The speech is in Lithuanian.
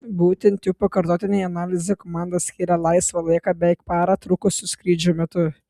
būtent jų pakartotinei analizei komanda skyrė laisvą laiką beveik parą trukusių skrydžių metu